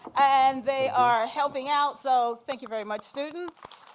and they are helping out, so thank you very much, students.